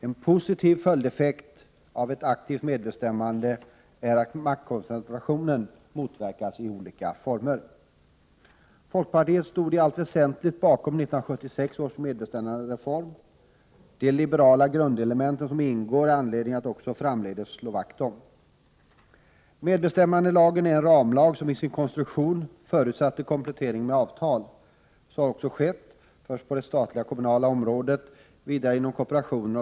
En positiv följdeffekt av ett aktivt medbestämmande är att maktkoncentrationen motverkas i olika former. Folkpartiet stod i allt väsentligt bakom 1976 års medbestämmandereform. De liberala grundelement som ingår är det anledning att också framdeles slå vakt om. Medbestämmandelagen är en ramlag, som i sin konstruktion förutsatte komplettering med avtal. Så har också skett, först på det statliga och kommunala området och därefter inom kooperationen.